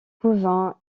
cauvin